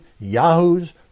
yahoos